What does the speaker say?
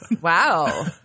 Wow